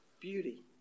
beauty